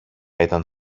ήταν